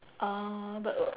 uh the